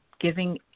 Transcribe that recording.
giving